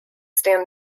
stand